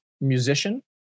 musician